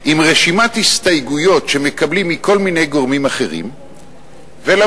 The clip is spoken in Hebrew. עם רשימת הסתייגויות שמקבלים מכל מיני גורמים אחרים ולהסביר